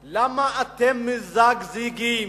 היא: למה אתם מזגזגים?